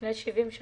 לפני 70 שנה.